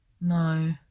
No